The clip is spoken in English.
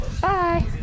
Bye